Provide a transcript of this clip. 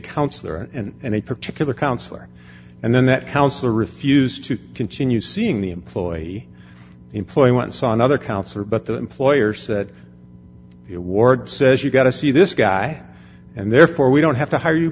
counselor and a particular counselor and then that counselor refused to continue seeing the employee employment saw another counselor but the employer said ward says you got to see this guy and therefore we don't have to hire you